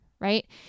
right